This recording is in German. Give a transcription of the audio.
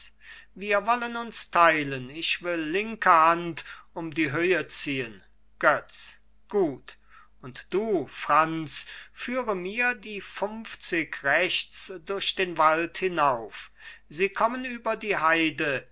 wir wollen uns teilen ich will linker hand um die höhe ziehen götz gut und du franz führe mir die funfzig rechts durch den wald hinauf sie kommen über die heide